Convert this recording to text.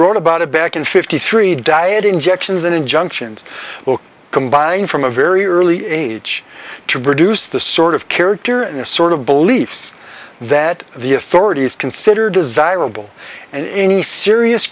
wrote about it back in fifty three diet injections and injunctions combine from a very early age to produce the sort of character in the sort of beliefs that the authorities consider desirable and any serious